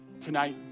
tonight